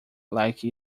like